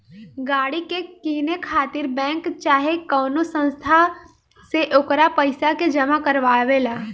गाड़ी के किने खातिर बैंक चाहे कवनो संस्था से ओकर पइसा के जामा करवावे ला